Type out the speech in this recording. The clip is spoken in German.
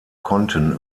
konnten